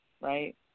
Right